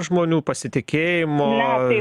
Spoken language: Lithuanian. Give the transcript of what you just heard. žmonių pasitikėjimo